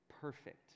perfect